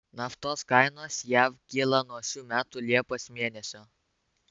naftos kainos jav kyla nuo šių metų liepos mėnesio